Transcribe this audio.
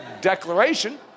declaration